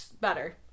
Better